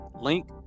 link